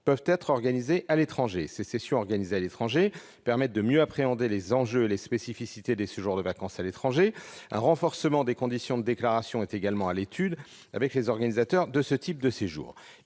peuvent être organisées à l'étranger. Ces sessions permettent de mieux appréhender les enjeux et les spécificités des séjours de vacances à l'étranger. Un renforcement des conditions de déclaration est également à l'étude avec les organisateurs de ce type de séjours.